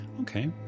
Okay